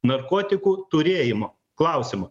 narkotikų turėjimo klausimą